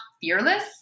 fearless